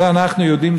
זה אנחנו יודעים,